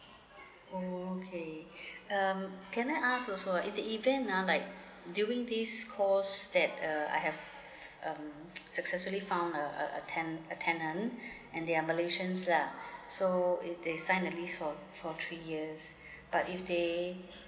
orh okay um can I ask also in the event uh like during this course that uh I have um successfully found uh a a ten~ a tenant and they are malaysians lah so if they signed a lease for for three years but if they